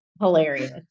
Hilarious